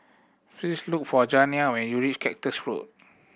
please look for Janiah when you reach Cactus Road